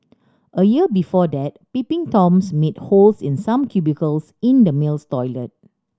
a year before that peeping Toms made holes in some cubicles in the males toilet